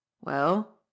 Well